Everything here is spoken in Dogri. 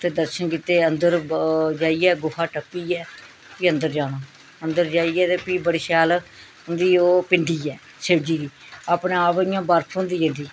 उत्थें दर्शन अंदर ब जाइयै गुफा टप्पियै फ्ही अंदर जाना अंदर जाइयै ते फ्ही बड़ी शैल उं'दी ओह् पिंडी ऐ शिवजी दी अपना आप इयां बर्फ होंदी जंदी